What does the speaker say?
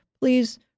please